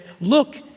look